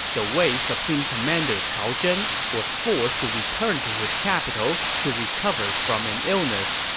the wei supreme commander cao zhen was forced to return to his capital to recover from an illness.